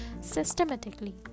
systematically